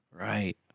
Right